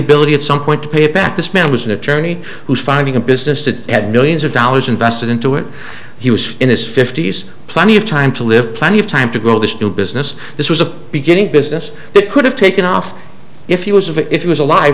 ability at some point to pay back this man was an attorney who's finding a business today had millions of dollars invested into it he was in his fifty's plenty of time to live plenty of time to grow this do business this was a beginning a business that could have taken off if he was of it if he was alive